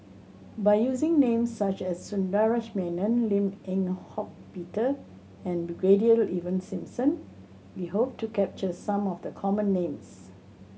by using names such as Sundaresh Menon Lim Eng Hock Peter and Brigadier Ivan Simson we hope to capture some of the common names